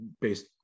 based